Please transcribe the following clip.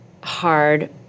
hard